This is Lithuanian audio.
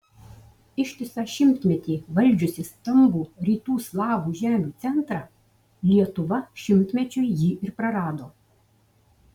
ištisą šimtmetį valdžiusi stambų rytų slavų žemių centrą lietuva šimtmečiui jį ir prarado